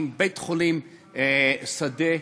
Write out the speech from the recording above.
עם בית-חולים שדה,